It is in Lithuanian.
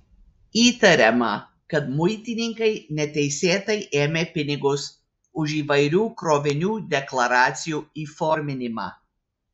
įtariama kad muitininkai neteisėtai ėmė pinigus už įvairių krovinių deklaracijų įforminimą